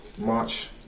march